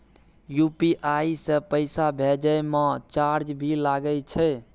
UPI से पैसा भेजै म चार्ज भी लागे छै?